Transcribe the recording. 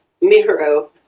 mirror